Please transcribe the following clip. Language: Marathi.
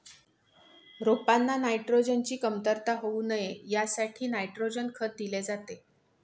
रोपांना नायट्रोजनची कमतरता होऊ नये यासाठी नायट्रोजन खत दिले जाते